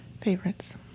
favorites